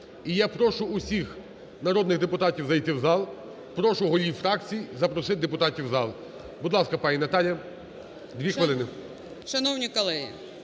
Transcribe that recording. І я прошу всіх народних депутатів зайти у зал. Прошу голів фракцій запросити депутатів у зал. Будь ласка, пані Наталія, 2 хвилини.